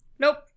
nope